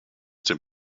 dem